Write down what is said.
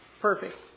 Perfect